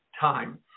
time